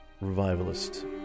revivalist